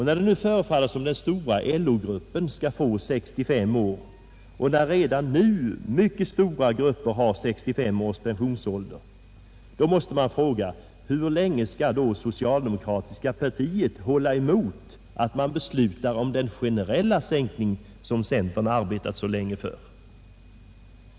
När det nu förefaller som om den stora LO-gruppen skall få 65 år och när redan nu mycket stora grupper har 65 års pensionsålder måste man fråga: Hur länge skall då socialdemokratin hålla emot ett beslut om den generella sänkning som centern så länge arbetat för?